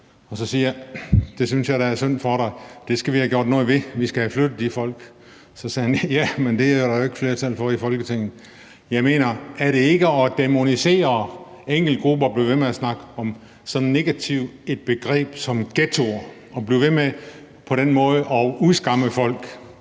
Så siger jeg: Det synes jeg da er synd for dig, og det skal vi have gjort noget ved, vi skal have flyttet de folk. Så sagde han: Ja, men det er der jo ikke flertal for i Folketinget. Jeg mener, er det ikke at dæmonisere enkeltgrupper at blive ved med at snakke om så negativt et begreb som ghettoer og blive ved med på den måde at udskamme folk?